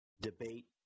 debate